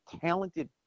talented